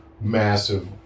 massive